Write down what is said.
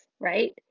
right